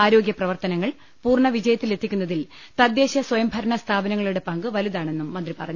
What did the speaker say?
ആരോ ഗൃപ്രവർത്തനങ്ങൾ പൂർണ വിജയത്തിലെത്തിക്കുന്നതിൽ തദ്ദേശ സ്വയംഭ രണ സ്ഥാപനങ്ങളുടെ പങ്ക് വലുതാണെന്നും മന്ത്രി പറഞ്ഞു